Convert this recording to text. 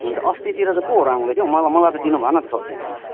हुन्छ अस्तितिर त कोहरू आउँदै थियो हौ मला मलाई त दिनुभएन त सब्जी त अन्त